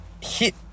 hit